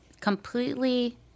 completely